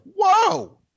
whoa